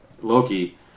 Loki